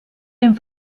dem